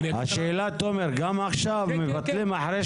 תומר, גם עכשיו מבטלים אחרי